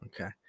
Okay